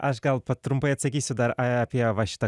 aš gal trumpai atsakysiu dar apie va šitą